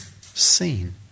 seen